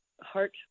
heart